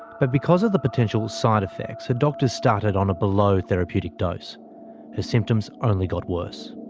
but because of the potential side-effects, her doctors started on a below therapeutic dose. her symptoms only got worse.